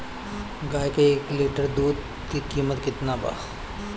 गाय के एक लिटर दूध के कीमत केतना बा?